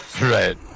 Right